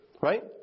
right